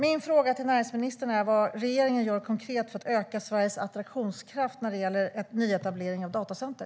Min fråga till näringsministern är: Vad gör regeringen konkret för att öka Sveriges attraktionskraft när det gäller nyetablering av datacenter?